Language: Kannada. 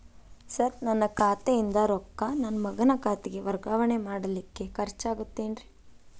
ಸರ್ ನನ್ನ ಖಾತೆಯಿಂದ ರೊಕ್ಕ ನನ್ನ ಮಗನ ಖಾತೆಗೆ ವರ್ಗಾವಣೆ ಮಾಡಲಿಕ್ಕೆ ಖರ್ಚ್ ಆಗುತ್ತೇನ್ರಿ?